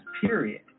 period